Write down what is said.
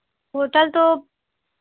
hotel तो